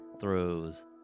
throws